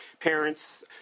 parents